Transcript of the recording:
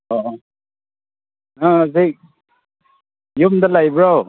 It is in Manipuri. ꯑꯣ ꯅꯪ ꯍꯧꯖꯤꯛ ꯌꯨꯝꯗ ꯂꯩꯕ꯭ꯔꯣ